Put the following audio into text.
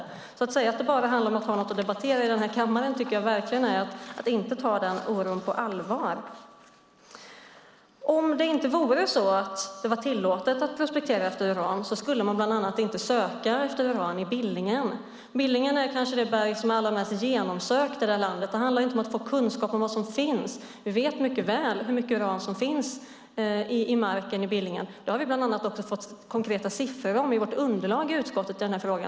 Att därför säga att det bara handlar om att ha något att debattera i denna kammare tycker jag verkligen är att inte ta denna oro på allvar. Om det inte vore så att det var tillåtet att prospektera efter uran skulle man inte söka efter uran bland annat i Billingen. Billingen är kanske det berg som är allra mest genomsökt i detta land. Det handlar inte om att få kunskap om vad som finns. Vi vet mycket väl hur mycket uran som finns i marken i Billingen. Det har vi fått konkreta siffror om i vårt underlag i utskottet i denna fråga.